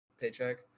paycheck